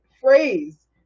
phrase